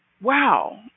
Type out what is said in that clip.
wow